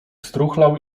struchlał